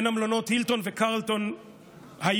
בין המלונות הילטון וקרלטון היום,